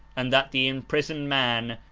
and that the imprisoned man,